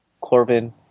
Corbin